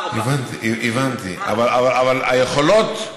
הבנתי, אבל היכולות,